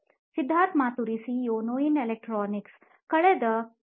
Siddharth Maturi CEO ನೋಯಿನ್ electronics ಕಳೆದ 2